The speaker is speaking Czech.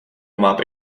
máte